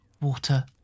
water